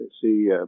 See